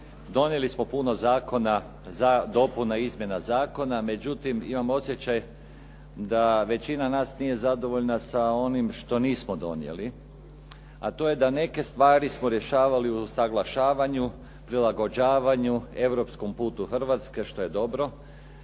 Donijeli smo puno zakona, dopuna i izmjena zakona, međutim imam osjećaj da većina nas nije zadovoljna sa onim što nismo donijeli, a to je da neke stvari smo rješavali u usuglašavanju, prilagođavanju, europskom putu Hrvatske, što je dobro,